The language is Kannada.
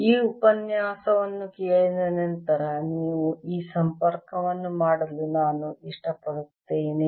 ಈ ಉಪನ್ಯಾಸವನ್ನು ಕೇಳಿದ ನಂತರ ನೀವು ಈ ಸಂಪರ್ಕವನ್ನು ಮಾಡಲು ನಾನು ಇಷ್ಟಪಡುತ್ತೇನೆ